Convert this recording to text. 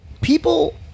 People